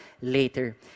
later